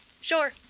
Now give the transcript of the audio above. Sure